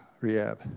rehab